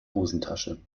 hosentasche